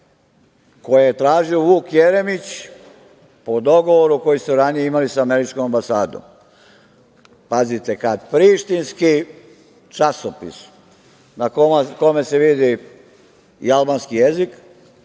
koje je tražio Vuk Jeremić, po dogovoru koji su ranije imali sa američkom ambasadom. Kada prištinski časopis na kome se vidi i albanski jezik,